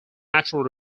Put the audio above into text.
natural